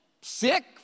sick